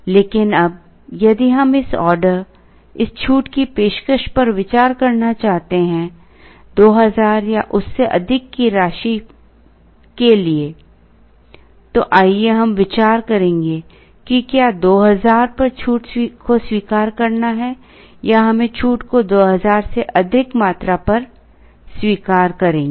लेकिन अब यदि हम इस ऑर्डर इस छूट की पेशकश पर विचार करना चाहते हैं 2000 या उससे अधिक की राशि के लिए तो आइए हम विचार करें कि क्या 2000 पर छूट को स्वीकार करना है या हम छूट को 2000 से अधिक मात्रा पर स्वीकार करेंगे